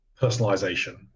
personalization